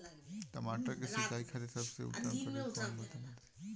टमाटर के सिंचाई खातिर सबसे उत्तम तरीका कौंन बा तनि बताई?